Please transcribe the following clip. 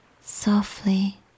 softly